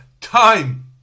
time